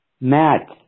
Matt